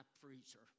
freezer